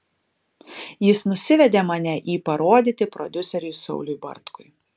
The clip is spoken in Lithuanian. jis nusivedė mane į parodyti prodiuseriui sauliui bartkui